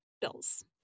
bills